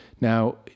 Now